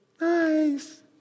nice